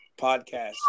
podcast